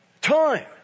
time